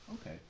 Okay